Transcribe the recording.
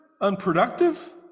unproductive